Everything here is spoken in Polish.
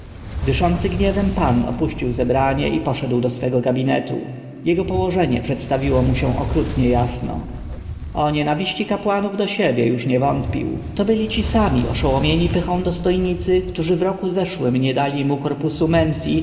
dyszący gniewem pan opuścił zebranie i poszedł do swego gabinetu jego położenie przedstawiło mu się okrutnie jasno o nienawiści kapłanów do siebie już nie wątpił to byli ci sami oszołomieni pychą dostojnicy którzy w roku zeszłym nie dali mu korpusu